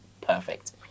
perfect